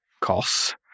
costs